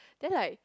then like